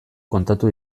kontatu